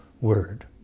word